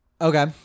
Okay